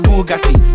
Bugatti